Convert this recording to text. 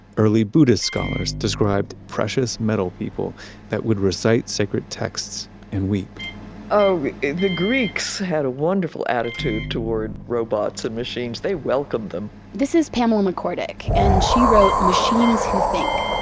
early buddhist scholars described precious metal-people that would recite sacred texts, and weep the greeks had a wonderful attitude toward robots and machines. they welcomed them this is pamela mccorduck, and she wrote machines who think,